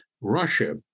Russia